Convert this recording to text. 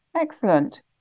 excellent